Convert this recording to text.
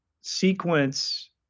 sequence